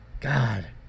God